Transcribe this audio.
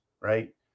right